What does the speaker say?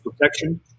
protection